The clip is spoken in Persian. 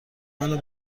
منو